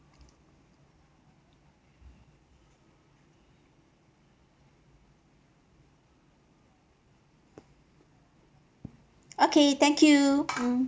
okay thank you